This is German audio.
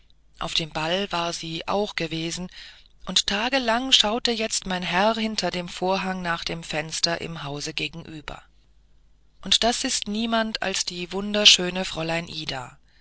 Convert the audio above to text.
auf dem ball war sie auch gewesen und tagelang schaute jetzt mein herr hinter dem vorhang nach dem fenster im haus gegenüber und das ist niemand als die wunderschöne fräulein ida